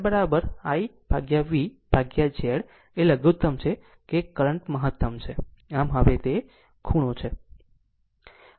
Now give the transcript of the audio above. આમ Z I V Z એ લઘુતમ છે કે કરંટમાં મહત્તમ છે આમ હવે ખૂણો છે